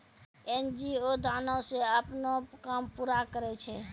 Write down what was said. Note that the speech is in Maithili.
एन.जी.ओ दानो से अपनो काम पूरा करै छै